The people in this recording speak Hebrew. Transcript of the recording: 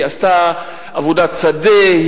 עשתה עבודת שדה,